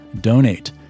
Donate